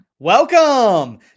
Welcome